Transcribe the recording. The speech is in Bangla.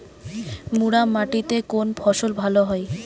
মুরাম মাটিতে কোন ফসল ভালো হয়?